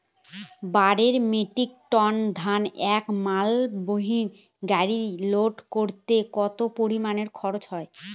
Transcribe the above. বারো metric ton ধান একটি মালবাহী গাড়িতে লোড করতে কতো পরিমাণ খরচা হয়?